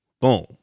Boom